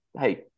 hey